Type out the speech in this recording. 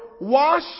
Wash